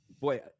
boy